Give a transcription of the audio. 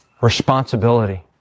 responsibility